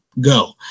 go